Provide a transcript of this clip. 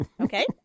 Okay